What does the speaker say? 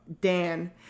Dan